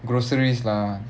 groceries lah